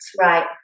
Right